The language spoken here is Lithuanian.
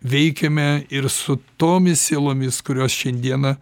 veikiame ir su tomis sielomis kurios šiandieną